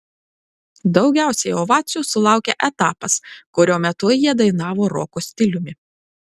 daugiausiai ovacijų sulaukė etapas kurio metu jie dainavo roko stiliumi